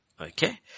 Okay